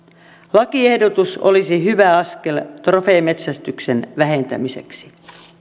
lakiehdotus olisi hyvä askel trofeemetsästyksen vähentämiseksi